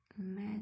Mad